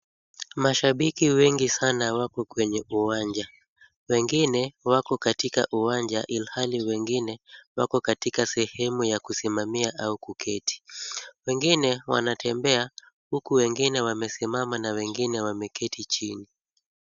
Mashabiki wengi sana wako kwenye uwanja. Wengine wako katika uwanja ilhali wengine wako katika sehemu ya kusimamia au kuketi. Wengine wanatembea huku wengine wamesimama na wengine wameketi chini.